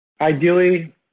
Ideally